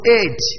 eight